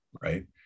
right